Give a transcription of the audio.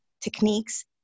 techniques